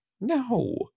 no